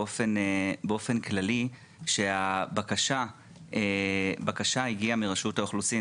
שבאופן כללי הבקשה הגיעה מרשות האוכלוסין,